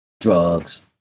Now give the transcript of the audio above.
drugs